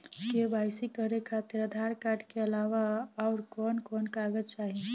KYC करे खातिर Aadhaar card के अलावा आउरकवन कवन कागज चाहीं?